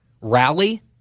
rally